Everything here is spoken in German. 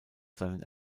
seinen